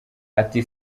ati